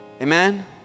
Amen